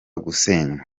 gusenywa